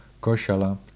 Koshala